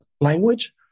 language